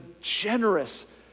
generous